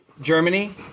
Germany